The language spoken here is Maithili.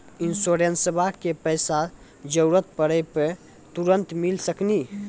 इंश्योरेंसबा के पैसा जरूरत पड़े पे तुरंत मिल सकनी?